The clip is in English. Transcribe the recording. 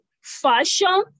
fashion